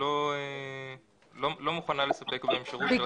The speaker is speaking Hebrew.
לא מוכנה לספק בהם שירות.